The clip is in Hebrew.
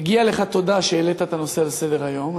מגיעה לך תודה על שהעלית את הנושא לסדר-היום,